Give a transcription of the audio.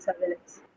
surveillance